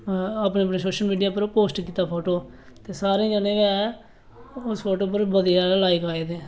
अपने अपने social media उप्पर पोस्ट कीता फोटू सारे जने गै उस फोटो उप्पर बड़े सारे लाइक आएदे